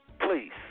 please